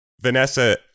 Vanessa